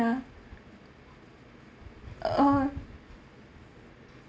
uh